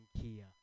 Kia